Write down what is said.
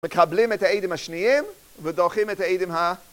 מקבלים את העדים השניים, ודורכים את העדים ה...